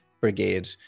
brigade